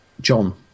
John